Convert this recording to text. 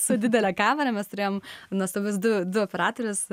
su didele kamera mes turėjom nuostabius du du operatorius